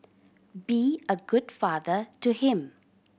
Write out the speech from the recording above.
be a good father to him